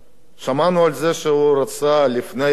שמענו על זה שהוא רצה לפני הבחירות